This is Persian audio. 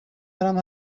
دارم